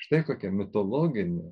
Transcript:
štai kokia mitologinė